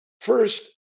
First